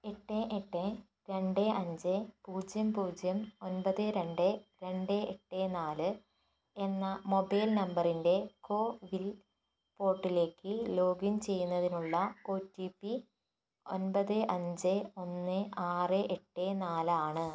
ഏട്ട് എട്ട് രണ്ട് അഞ്ച് പൂജ്യം പൂജ്യം ഒൻപത് രണ്ട് രണ്ട് എട്ട് നാല് എന്ന മൊബൈൽ നമ്പറിൻ്റെ കോവിൻ പോർട്ടലിലേക്ക് ലോഗിൻ ചെയ്യുന്നതിനുള്ള ഒ ടി പി ഒൻപത് അഞ്ച് ഒന്ന് ആറ് എട്ട് നാല് ആണ്